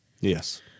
Yes